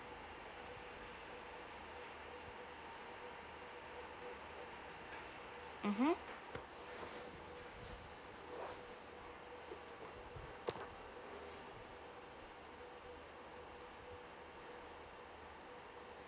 mmhmm